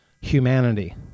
humanity